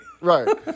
Right